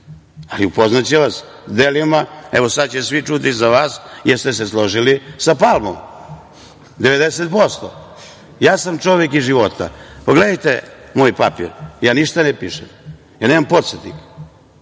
ali upoznaće vas delima, evo sada će svi čuti za vas jer ste se složili sa Palmom 90%.Ja sam čovek iz života. Pogledajte moj papir, ja ništa ne pišem, ja nemam podsetnik.